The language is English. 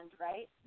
Right